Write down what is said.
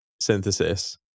synthesis